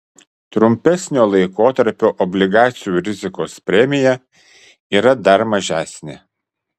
trumpesnio laikotarpio obligacijų rizikos premija yra dar mažesnė